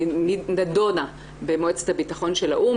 נדונה במועצת הבטחון של האו"ם,